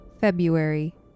February